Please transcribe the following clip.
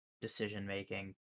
decision-making